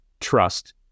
trust